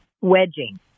wedging